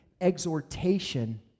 exhortation